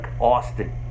Austin